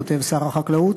כותב שר החקלאות,